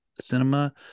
Cinema